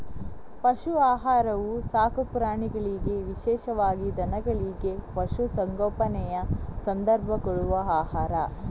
ಪಶು ಆಹಾರವು ಸಾಕು ಪ್ರಾಣಿಗಳಿಗೆ ವಿಶೇಷವಾಗಿ ದನಗಳಿಗೆ, ಪಶು ಸಂಗೋಪನೆಯ ಸಂದರ್ಭ ಕೊಡುವ ಆಹಾರ